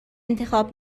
انتخاب